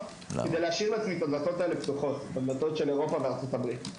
כדי להשאיר לעצמי את הדלתות של אירופה וארצות-הברית פתוחות.